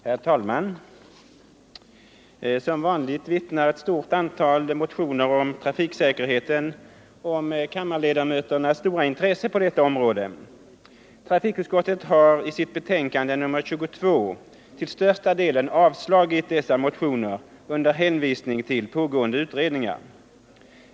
Herr talman! Som vanligt vittnar ett stort antal motioner om trafiksäkerheten om kammarledamöternas stora intresse för detta område. Trafikutskottet har i sitt betänkande nr 22 till större delen avstyrkt dessa motioner under hänvisning till pågående utredningar.